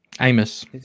Amos